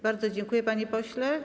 Bardzo dziękuję, panie pośle.